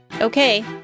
Okay